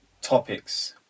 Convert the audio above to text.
topics